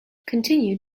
continued